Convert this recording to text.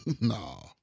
No